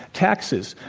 taxes,